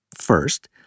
First